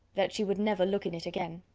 that she would never look in it again.